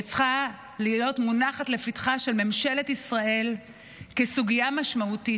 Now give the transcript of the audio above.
וצריכה להיות מונחת לפתחה של ממשלת ישראל כסוגיה משמעותית,